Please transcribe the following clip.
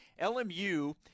LMU